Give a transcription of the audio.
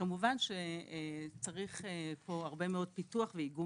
כמובן שצריך פה הרבה מאוד פיתוח ואיגום